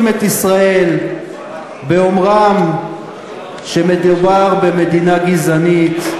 את ישראל באומרם שמדובר במדינה גזענית,